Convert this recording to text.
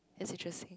that's interesting